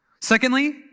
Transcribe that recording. Secondly